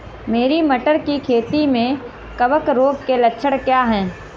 मेरी मटर की खेती में कवक रोग के लक्षण क्या हैं?